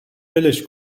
ولش